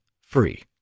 free